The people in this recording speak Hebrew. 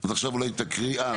אז עכשיו אולי תקריאי?